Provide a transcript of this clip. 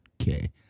Okay